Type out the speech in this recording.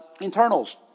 Internals